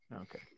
Okay